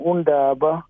Undaba